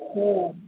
ହୁଁ